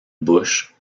bush